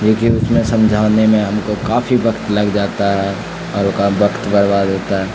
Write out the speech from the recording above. کیونکہ اس میں سمجھانے میں ہم کو کافی وقت لگ جاتا ہے اور اس کا وقت برباد ہوتا ہے